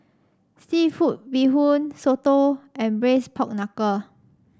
seafood Bee Hoon soto and braise Pork Knuckle